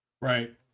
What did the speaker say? Right